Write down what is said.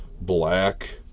black